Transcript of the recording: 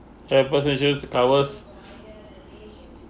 and procedures to covers